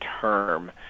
term